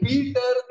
Peter